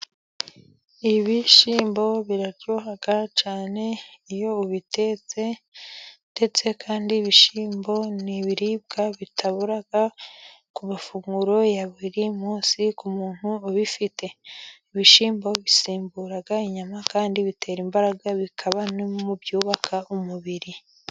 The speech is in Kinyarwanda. Ibishyimbo biraryoha cyane. Iyo ubitetse ndetse kandi ibishyimbo ni ibiribwa bitabura ku mafunguro ya buri munsi, ku muntu ubifite. Ibishyimbo bisimbura inyama kandi bitera imbaraga, bikaba mu byubaka umubiri.